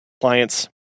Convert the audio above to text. clients